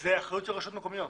זו אחריות של הרשויות המקומיות.